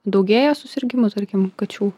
daugėja susirgimų tarkim kačių